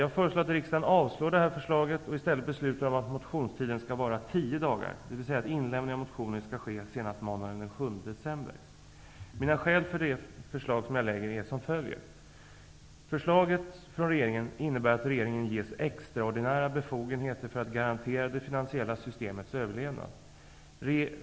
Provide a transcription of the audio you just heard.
Jag föreslår att riksdagen avslår det här förslaget och i stället beslutar om att motionstiden skall vara tio dagar, dvs. att inlämning av motiner skall ske senast måndagen den 7 december. Mina skäl för det förslag som jag lägger fram är som följer: Regeringens förslag innebär att regeringen ges extraordinära befogenheter för att garantera det finansiella systemets överlevnad.